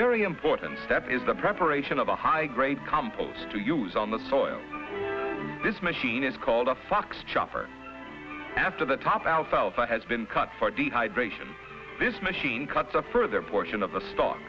very important step is the preparation of a high grade compost to use on the soil this machine is called a fox chopper after the top alfalfa has been cut for dehydration this machine cuts a further portion of the stock